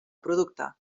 producte